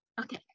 Okay